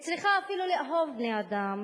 היא צריכה אפילו לאהוב בני-אדם,